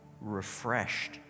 refreshed